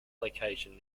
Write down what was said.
location